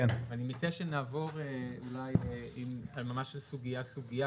אני מציע שנעבור ממש סוגיה-סוגיה,